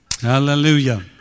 Hallelujah